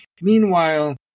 meanwhile